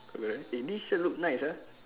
correct eh this shirt look nice ah